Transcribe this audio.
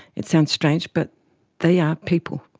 it sounds strange but they are people.